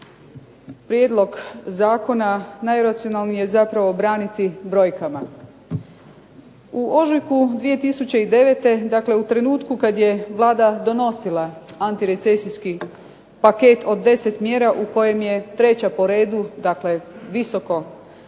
prijedlog zakona najracionalnije je zapravo braniti brojkama. U ožujku 2009. dakle u trenutku kada je Vlada donosila antirecesijski paket od 10 mjera od kojeg je 3. po redu dakle